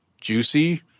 Juicy